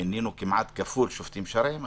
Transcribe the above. מינינו כמעט כפול שופטים שרעיים,